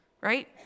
right